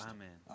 Amen